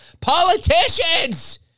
politicians